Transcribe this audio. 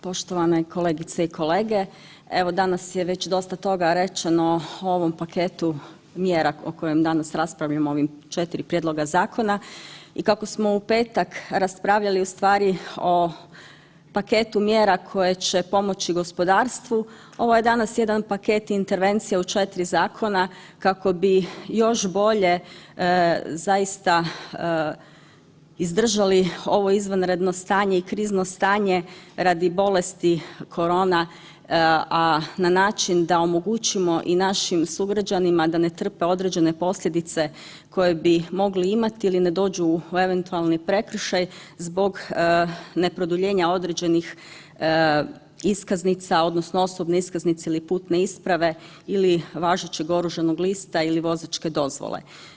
Poštovane kolegice i kolege evo danas je već dosta toga rečeno o ovom paketu mjera o kojem danas raspravljamo ovim 4 prijedloga zakona i kako smo u petak raspravljali ustvari o paketu mjera koje će pomoći gospodarstvu, ovo je danas jedan paket intervencije u 4 zakona kako bi još bolje zaista izdržali ovo izvanredno stanje i krizno stanje radi bolesti korona, a na način da omogućimo i našim sugrađanima da ne trpe određene posljedice koje bi mogli imati ili ne dođu u eventualni prekršaj zbog neproduljenja određenih iskaznica odnosno osobne iskaznice ili putne isprave ili važećeg oružanog lista ili vozačke dozvole.